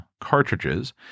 Cartridges